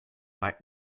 bei